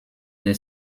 des